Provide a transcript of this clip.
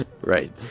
Right